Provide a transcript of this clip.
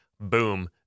boom